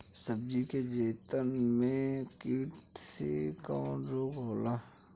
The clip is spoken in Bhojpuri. सब्जी के खेतन में कीट से कवन रोग होला?